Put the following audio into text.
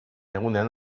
egunean